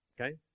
Okay